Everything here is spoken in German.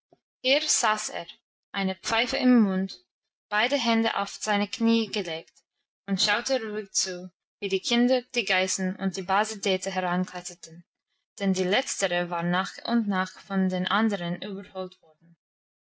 eine pfeife im mund beide hände auf seine knie gelegt und schaute ruhig zu wie die kinder die geißen und die base dete herankletterten denn die letztere war nach und nach von den anderen überholt worden